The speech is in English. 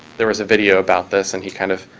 there was a video about this and he, kind of,